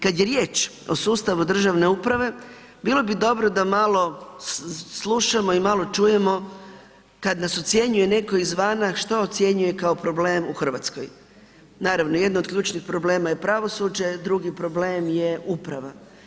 Kad je riječ o sustavu državne uprave, bilo bi dobro da malo slušamo i malo čujemo kad nas ocjenjuje netko izvana što ocjenjuje kao problem u Hrvatskoj. naravno, jedno od ključnih problema je pravosuđe, drugi problem je uprava.